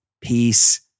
peace